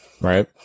right